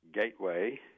gateway